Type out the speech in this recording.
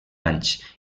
anys